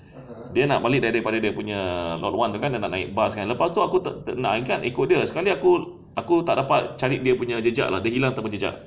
dia nak balik dari dia punya lot one nak naik bus kan lepas tu aku nak ikut dia sekali aku aku tak dapat cari dia punya jejak lah dia hilang tanpa jejak